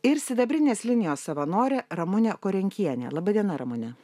ir sidabrinės linijos savanorė ramunė korenkienė laba diena ramune